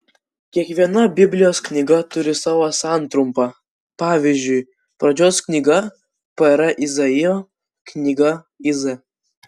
kiekviena biblijos knyga turi savo santrumpą pavyzdžiui pradžios knyga pr izaijo knyga iz